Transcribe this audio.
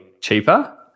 cheaper